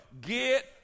get